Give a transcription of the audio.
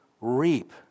reap